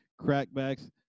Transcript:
Crackbacks